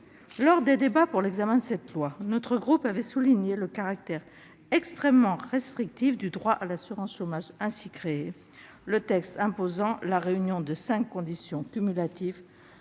Lors de l'examen du projet de loi, notre groupe avait souligné le caractère extrêmement restrictif du droit à l'assurance chômage ainsi créé, le texte imposant la réunion de cinq conditions cumulatives